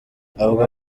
avuga